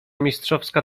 mistrzowska